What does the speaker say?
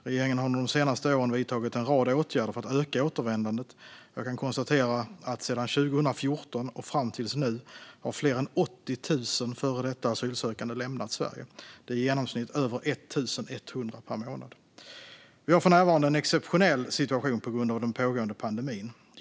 Regeringen har under de senaste åren vidtagit en rad åtgärder för att öka återvändandet, och jag kan konstatera att sedan 2014 och fram till nu har fler än 80 000 före detta asylsökande lämnat Sverige. Det är i genomsnitt över 1 100 per månad. Vi har för närvarande en exceptionell situation på grund av den pågående pandemin.